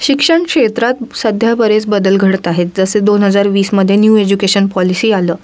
शिक्षणक्षेत्रात सध्या बरेच बदल घडत आहेत जसे दोन हजार वीसमध्ये न्यू एज्युकेशन पॉलिसी आलं